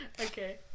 Okay